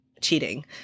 cheating